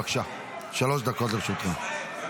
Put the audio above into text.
בבקשה, שלוש דקות לרשותך.